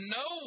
no